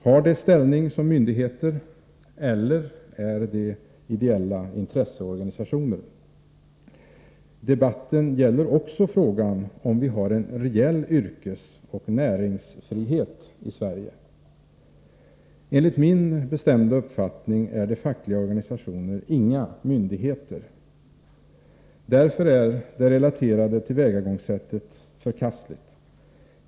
Har de ställning som myndigheter eller är de ideella intresseorganisationer? Debatten gäller också frågan om vi har en reell yrkesoch näringsfrihet i Sverige. Enligt min bestämda uppfattning är de fackliga organisationerna inga myndigheter. Därför är det relaterade tillvägagångssättet förkastligt.